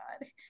god